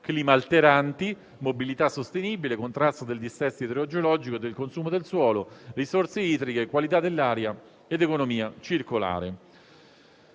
climalteranti, mobilità sostenibile, contrasto del dissesto idrogeologico e del consumo del suolo, risorse idriche, qualità dell'aria ed economia circolare.